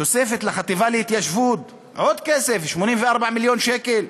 תוספת לחטיבה להתיישבות, עוד כסף, 84 מיליון שקל,